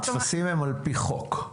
הטפסים הם על-פי חוק.